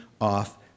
off